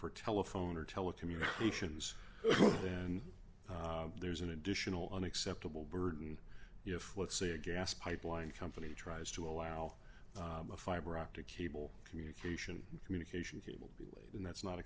for telephone or telecommunications then there's an additional unacceptable burden if let's say a gas pipeline company tries to allow a fiber optic cable communication communication cable being laid in that's not